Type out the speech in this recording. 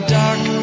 dark